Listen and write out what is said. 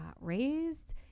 raised